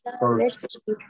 first